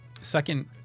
Second